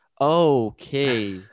okay